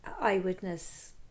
eyewitness